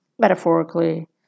metaphorically